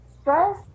Stress